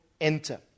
enter